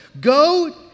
Go